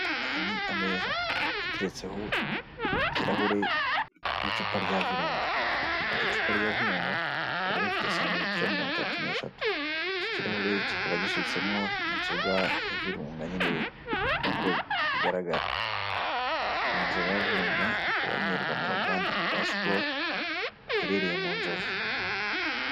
Aya ni ameza ateretseho ikirahure n'icupa rya Virunga, iryo cupa rya Virunga rikaba rifite santilitiro mirongo itatu n'eshatu, icyo kirahure kikaba gisutsemo inzoga ya Virunga nyine nkuko bigaragara. Iyo nzoga ya Virunga ikaba yengerwa mu ruganda rwa SKOL ruherereye mu Nzove.